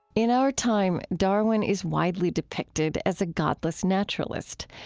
in our time, darwin is widely depicted as a godless naturalist.